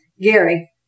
Gary